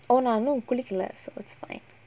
ya நா இன்னும் குளிக்கில:naa innum kulikkila oh it's fine